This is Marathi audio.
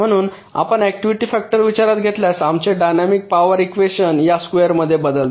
म्हणून आपण ऍक्टिव्हिटी फॅक्टर विचारात घेतल्यास आमचे डायनॅमिक पॉवर इकवेशन या स्क्वेअरमध्ये बदलते